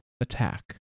attack